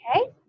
Okay